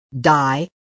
die